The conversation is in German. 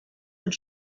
und